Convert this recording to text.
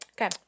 Okay